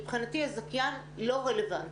מבחינתי, הזכיין לא רלוונטי.